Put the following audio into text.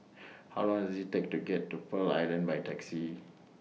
How Long Does IT Take to get to Pearl Island By Taxi